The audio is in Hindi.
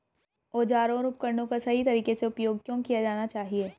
औजारों और उपकरणों का सही तरीके से उपयोग क्यों किया जाना चाहिए?